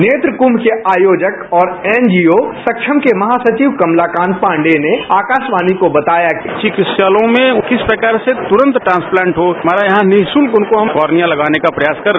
नेत्र कुंभ के आयोजक और एनजीओ सक्षम के महासचिव कमलाकांत पांडेय ने आकाशवाणी को बताया चिकित्सालयों में किस प्रकार से त्रंत ट्रांसप्लांट हो हमारा यहां निःशुल्क उनको हम कोर्निया लगाने का प्रयास कर रहे